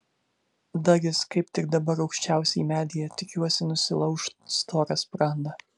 dagis kaip tik dabar aukščiausiai medyje tikiuosi nusilauš storą sprandą